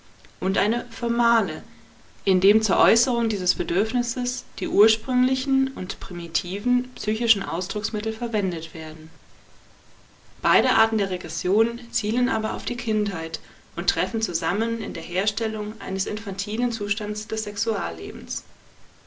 und eine formale indem zur äußerung dieses bedürfnisses die ursprünglichen und primitiven psychischen ausdrucksmittel verwendet werden beide arten der regression zielen aber auf die kindheit und treffen zusammen in der herstellung eines infantilen zustands des sexuallebens